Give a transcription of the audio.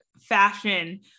fashion